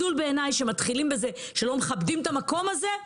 מתחילים בזה שלא מכבדים את המקום הזה.